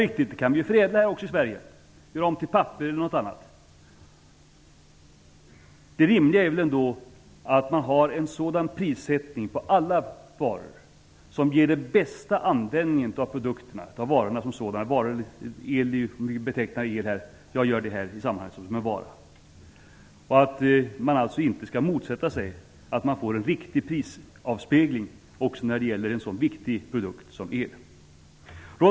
Den kan vi ju också förädla i Sverige och göra om till papper eller något annat. Det rimliga är väl ändå att man har den prissättning på alla varor som ger den bästa användningen av produkterna eller varorna som sådana. Jag betecknar el som en vara i sammanhanget. Man skall alltså inte heller motsätta sig en riktig prisavspegling när det gäller en så viktig produkt som elen.